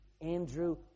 Andrew